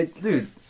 dude